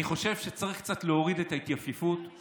אני חושב שצריך קצת להוריד את ההתייפייפות,